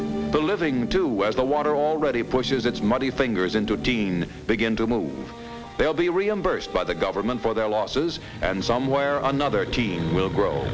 evacuated the living to where the water already pushes its muddy fingers into dean begin to move they'll be reimbursed by the government for their losses and somewhere another teen will grow